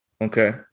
okay